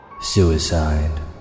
Suicide